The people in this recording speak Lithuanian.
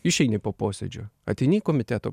išeini po posėdžio ateini į komiteto